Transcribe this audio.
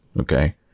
Okay